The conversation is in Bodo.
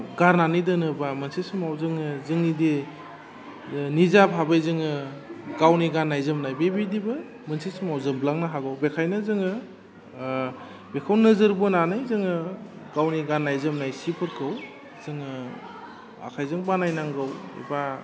गारनानै दोनोबा मोनसे समाव जोङो जोंनि दि निजा भाबै जोङो गावनि गान्नाय जोमनाय बेबायदिबो मोनसे समाव जोबलांनो हागौ बेखायनो जोङो बेखौ नोजोर बोनानै जोङो गावनि गान्नाय जोमनाय सिफोरखौ जोङो आखाइजों बानायनांगौ बा